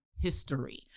history